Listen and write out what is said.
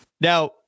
Now